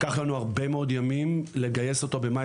לקח לנו הרבה מאוד ימים לגייס אותו במאי